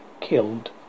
killed